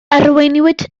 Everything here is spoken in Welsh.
arweiniwyd